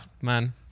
man